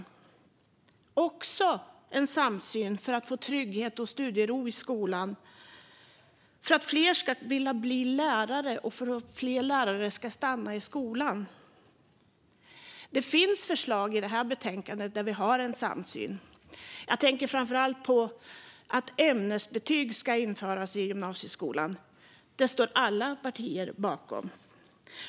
Det behövs också en samsyn när det gäller att få trygghet och studiero i skolan, för att fler ska vilja bli lärare och för att fler lärare ska stanna i skolan. Det finns förslag i det betänkande vi nu debatterar där det råder samsyn. Jag tänker framför allt på att ämnesbetyg ska införas i gymnasieskolan. Det står alla partier bakom.